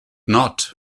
not